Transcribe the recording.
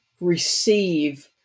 receive